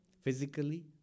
Physically